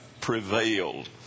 prevailed